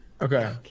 Okay